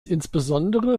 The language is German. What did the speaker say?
insbesondere